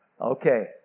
Okay